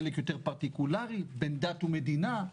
חלק יותר פרטיקולארי בין דת ומדינה,